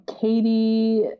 Katie